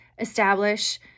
establish